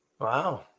Wow